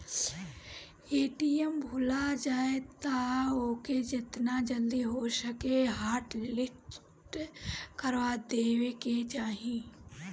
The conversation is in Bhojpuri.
ए.टी.एम भूला जाए तअ ओके जेतना जल्दी हो सके हॉटलिस्ट करवा देवे के चाही